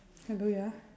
hello ya